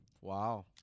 Wow